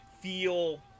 feel